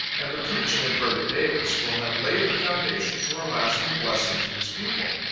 and the preaching of brother davis will have laid the foundation for a lasting blessing to his people.